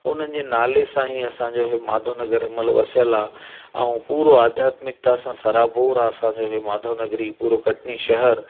उन्हनि जे नाले सां ई असांजो हे माधव नगर हिनमहिल वसियल आहे ऐं पूरो आध्यात्मिकता सां सराबोर आहे हीअ असांजो माधव नगरी पूरो कटनी शहर